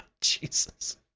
Jesus